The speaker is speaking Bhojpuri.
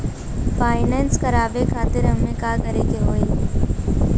फाइनेंस करावे खातिर हमें का करे के होई?